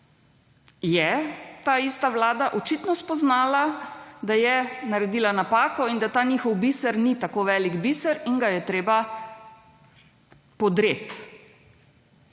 je ta ista Vlada spoznala, da je naredila napako in da ta njihov biser ni tako velik biser in ga je treba podreti,